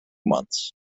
months